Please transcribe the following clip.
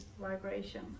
vibration